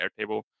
Airtable